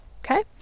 Okay